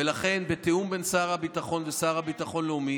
ולכן בתיאום בין שר הביטחון והשר לביטחון לאומי